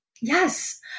Yes